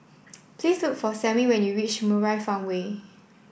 please look for Samie when you reach Murai Farmway